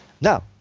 Now